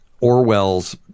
Orwell's